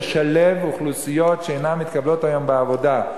לשלב אוכלוסיות שאינן מתקבלות היום לעבודה,